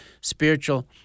spiritual